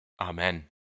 Amen